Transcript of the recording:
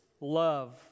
love